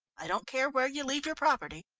i don't care where you leave your property,